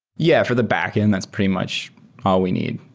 yeah, for the backend, that's pretty much all we need.